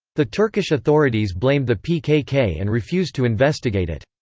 the turkish authorities blamed the pkk and refused to investigate it.